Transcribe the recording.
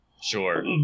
Sure